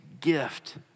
gift